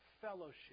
fellowship